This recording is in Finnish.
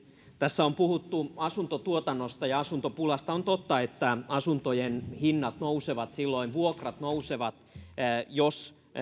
tässä on puhuttu asuntotuotannosta ja asuntopulasta on totta että asuntojen hinnat nousevat vuokrat nousevat silloin jos